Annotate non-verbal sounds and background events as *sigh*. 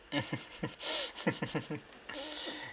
*laughs*